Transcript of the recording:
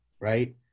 right